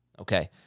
Okay